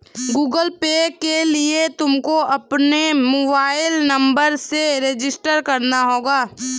Google Pay के लिए तुमको अपने मोबाईल नंबर से रजिस्टर करना होगा